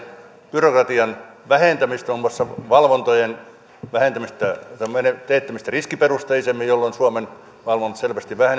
byrokratian vähentämistä muun muassa valvontojen teettämistä riskiperusteisemmin jolloin suomen valvonta selvästi